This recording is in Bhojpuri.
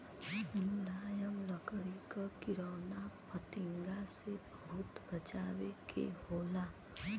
मुलायम लकड़ी क किरौना फतिंगा से बहुत बचावे के होला